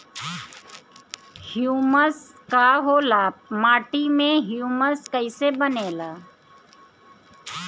Humus का होला माटी मे ह्यूमस कइसे बनेला?